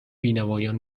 بینوایان